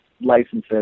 licenses